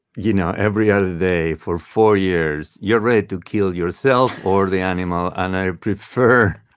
you know, every other day for four years, you're ready to kill yourself or the animal. and i prefer.